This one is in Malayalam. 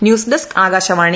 news desk Akashvani